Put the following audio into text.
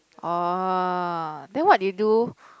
oh then what did you do